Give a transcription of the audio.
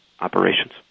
operations